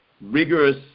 rigorous